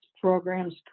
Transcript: programs